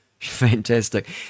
Fantastic